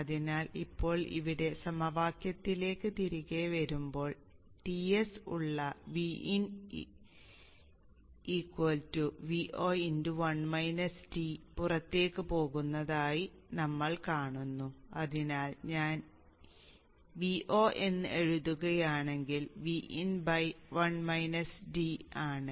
അതിനാൽ ഇപ്പോൾ ഇവിടെ സമവാക്യത്തിലേക്ക് തിരികെ വരുമ്പോൾ Ts ഉള്ള Vin Vo പുറത്തേക്ക് പോകുന്നതായി ഞങ്ങൾ കാണുന്നു അതിനാൽ ഞാൻ Vo എന്ന് എഴുതുകയാണെങ്കിൽ അത് Vin ആണ്